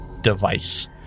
device